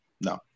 no